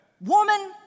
Woman